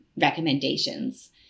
recommendations